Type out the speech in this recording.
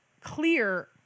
clear